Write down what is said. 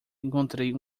encontrei